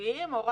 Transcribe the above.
אתה